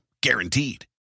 Guaranteed